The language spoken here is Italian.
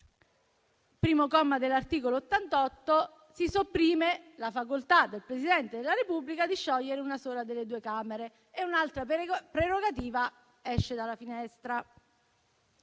primo comma dell'articolo 88 si sopprime la facoltà del Presidente della Repubblica di sciogliere una sola delle due Camere. E un'altra prerogativa esce dalla finestra.